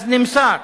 אז נמסר